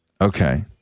Okay